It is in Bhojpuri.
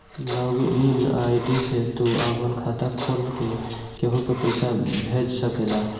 लॉग इन आई.डी से तू आपन खाता खोल के केहू के पईसा भेज सकेला